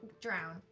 drown